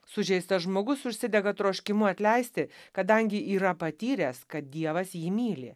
sužeistas žmogus užsidega troškimu atleisti kadangi yra patyręs kad dievas jį myli